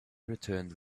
returned